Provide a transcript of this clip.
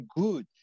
good